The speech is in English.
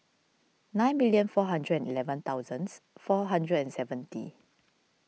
nine million four hundred and eleven thousands four hundred and seventy